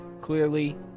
clearly